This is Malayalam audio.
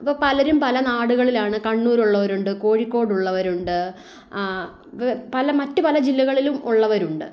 അപ്പം പലരും പല നാടുകളിലാണ് കണ്ണൂർ ഉള്ളവരുണ്ട് കോഴിക്കോട് ഉള്ളവരുണ്ട് ആ പല മറ്റു പല ജില്ലകളിലും ഉള്ളവരുണ്ട്